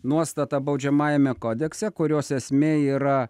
nuostata baudžiamajame kodekse kurios esmė yra